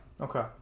Okay